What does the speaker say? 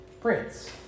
prince